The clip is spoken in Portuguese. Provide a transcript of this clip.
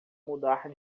mudar